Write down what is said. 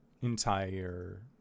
entire